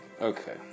Okay